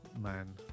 man